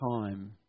time